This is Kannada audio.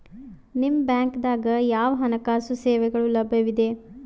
ನಿಮ ಬ್ಯಾಂಕ ದಾಗ ಯಾವ ಹಣಕಾಸು ಸೇವೆಗಳು ಲಭ್ಯವಿದೆ?